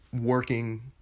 working